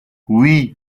oui